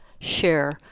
share